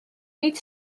nid